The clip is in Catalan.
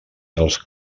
els